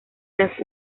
las